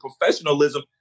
professionalism